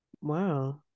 wow